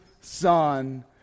son